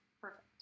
Perfect